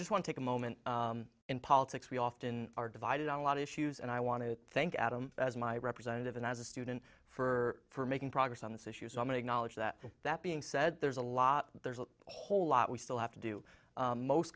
just want take a moment in politics we often are divided on a lot of issues and i want to thank adam as my representative and as a student for making progress on this issue so many acknowledge that that being said there's a lot there's a whole lot we still have to do most